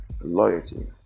loyalty